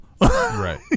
right